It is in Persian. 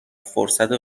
فرصت